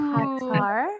Qatar